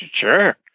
Sure